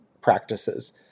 practices